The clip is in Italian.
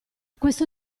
questo